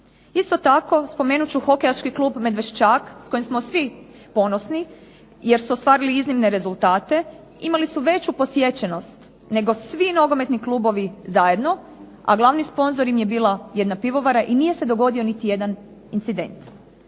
Isto tako, spomenut ću hokejaški klub Medveščak s kojim smo svi ponosni jer su ostvarili iznimne rezultate. Imali su veću posjećenost nego svi nogometni klubovi zajedno, a glavni sponzor im je bila jedna pivovara i nije se dogodio niti jedan incident.